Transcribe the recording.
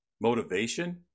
motivation